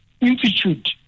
institute